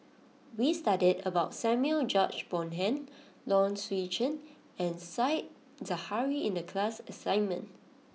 we studied about Samuel George Bonham Low Swee Chen and Said Zahari in the class assignment